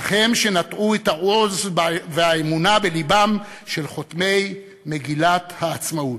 אך הם שנטעו את העוז והאמונה בלבם של חותמי מגילת העצמאות,